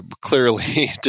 clearly